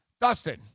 Dustin